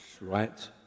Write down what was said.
right